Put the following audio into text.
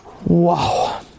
Wow